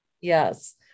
Yes